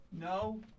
No